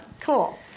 Cool